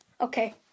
Okay